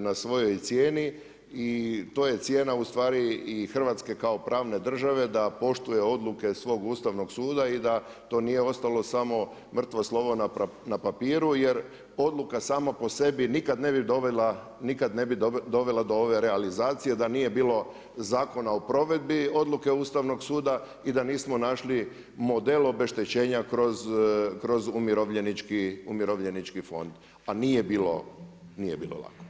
na svojoj cijeni i to je cijena ustvari i Hrvatske kao pravne države, da poštuje odluke svog Ustavnog suda i da to nije ostalo samo mrtvo slovo na papiru jer odluka sama po sebi nikad ne bi dovela do ove realizacije da nije bilo zakona o provedbi odluke Ustavnog suda i da nismo našli model obeštećenja kroz umirovljenički fond, a nije bilo lako.